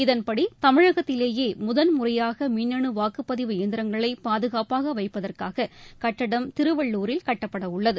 இதன்படி தமிழகத்திலேயே முதல் முறையாக மின்னனு வாக்குப்பதிவு இயந்திரங்களை பாதகாப்பாக வைப்பதற்காக கட்டிடம் திருவள்ளுரில் கட்டப்படவுள்ளது